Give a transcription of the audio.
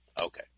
Okay